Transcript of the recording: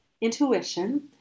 Intuition